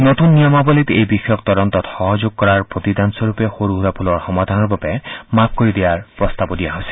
নতুন নিয়মাৰলীত এই বিষয়ক তদন্তত সহযোগ কৰাৰ প্ৰতিদান স্বৰূপে সৰু সুৰা ভুলৰ সমাধানৰ বাবে মাফ কৰি দিয়াৰ প্ৰস্তাৱো দিয়া হৈছে